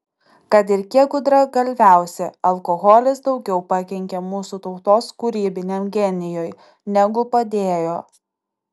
kad ir kiek gudragalviausi alkoholis daugiau pakenkė mūsų tautos kūrybiniam genijui negu padėjo